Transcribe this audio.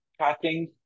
tracking